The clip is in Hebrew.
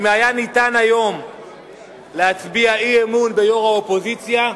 אם היה אפשר היום להצביע אי-אמון ביושבת-ראש האופוזיציה,